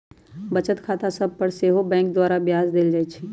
बचत खता सभ पर सेहो बैंक द्वारा ब्याज देल जाइ छइ